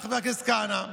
חבר הכנסת כהנא,